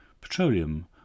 petroleum